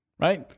Right